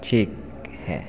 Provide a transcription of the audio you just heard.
ठीक है